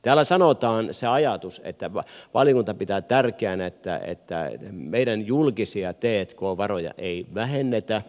täällä sanotaan se ajatus että valiokunta pitää tärkeänä että meidän julkisia t k varoja ei vähennetä